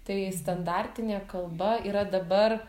tai standartinė kalba yra dabar